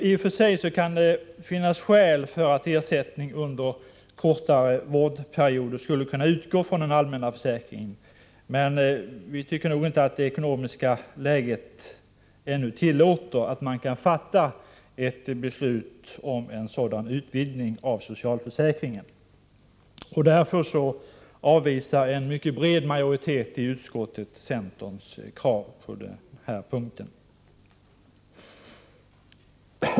I och för sig kan det finnas skäl för att ersättning under kortare vårdperioder skulle kunna utgå från den allmänna försäkringen, men vi tycker inte att det ekonomiska läget ännu tillåter att man fattar ett beslut om en sådan utvidgning av socialförsäkringen. Därför avvisar en mycket bred utskottsmajoritet centerns krav på denna punkt.